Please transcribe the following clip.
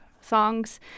songs